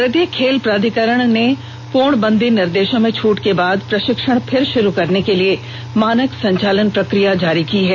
भारतीय खेल प्राधिकरण ने पूर्णबंदी निर्देशों में छूट के बाद प्रशिक्षण फिर शुरू करने के लिए मानक संचालन प्रक्रिया जारी की है